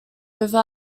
river